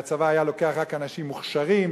והצבא היה לוקח רק אנשים מוכשרים,